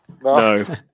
No